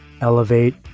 elevate